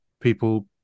people